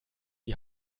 die